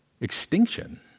extinction